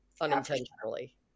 unintentionally